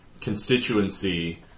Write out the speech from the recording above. constituency